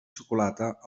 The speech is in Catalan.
xocolata